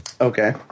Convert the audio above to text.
Okay